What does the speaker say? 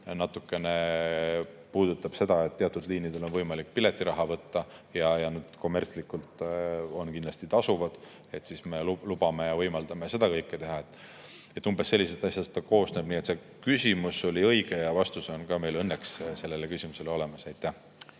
natukene puudutab seda, et teatud liinidel on võimalik piletiraha võtta ja kommertslikult on need kindlasti tasuvad. Siis me lubame ja võimaldame seda kõike teha. Umbes sellistest asjadest ta koosneb. Nii et see küsimus oli õige ja vastus on meil õnneks sellele küsimusele olemas.